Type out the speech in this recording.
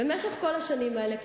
במשך כל השנים האלה,